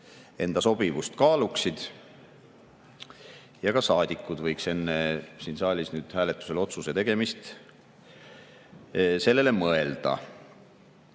enda sobivust kaaluksid. Ja ka saadikud võiks enne siin saalis hääletusel otsuse tegemist sellele mõelda.